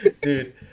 dude